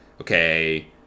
okay